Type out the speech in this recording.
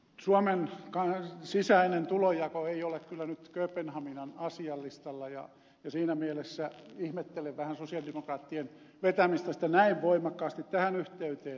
suomen sisäinen tulonjako ei ole kyllä nyt kööpenhaminan asialistalla ja siinä mielessä ihmettelen vähän että sosialidemokraatit vetävät sitä näin voimakkaasti tähän yhteyteen